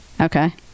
Okay